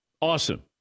awesome